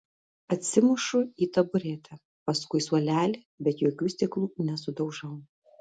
atsimušu į taburetę paskui suolelį bet jokių stiklų nesudaužau